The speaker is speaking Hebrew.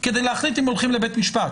כדי להחליט אם הולכים לבית משפט.